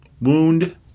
Wound